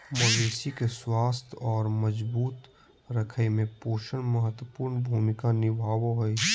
मवेशी के स्वस्थ और मजबूत रखय में पोषण महत्वपूर्ण भूमिका निभाबो हइ